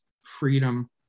freedom